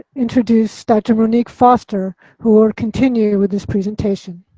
introduce dr. monique foster who will continue with this presentation.